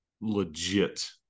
legit